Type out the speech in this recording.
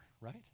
right